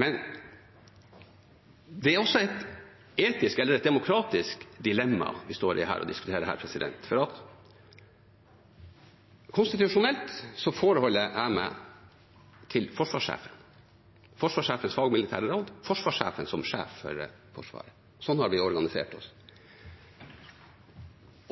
det. Det er også et etisk eller et demokratisk dilemma vi står og diskuterer. Konstitusjonelt forholder jeg meg til forsvarssjefen, forsvarssjefens fagmilitære råd og forsvarssjefen som sjef for Forsvaret. Sånn har vi organisert oss.